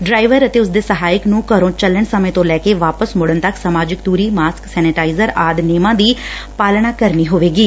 ਡਰਾਇਡਰ ਅਤੇ ਉਸਦੇ ਸਹਾਇਕ ਨੰ ਘਰੋ ਚੱਲਣ ਸਮੇਂ ਤੋਂ ਲੈ ਕੇ ਵਾਪਸ ਮੁੜਨ ਤੱਕ ਸਮਾਜਿਕ ਦੁਰੀ ਮਾਸਕ ਸੈਨੇਟਾਈਜ਼ਰ ਆਦਿ ਨੇਮਾਂ ਦੀ ਪਾਲਣਾ ਕਰਨੀ ਹੋਵੇਗੀ